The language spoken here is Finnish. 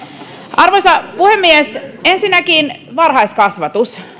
arvoisa puhemies ensinnäkin varhaiskasvatus